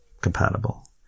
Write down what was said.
Compatible